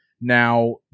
Now